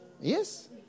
Yes